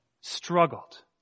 struggled